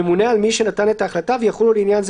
(תיקון מס'